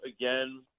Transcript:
again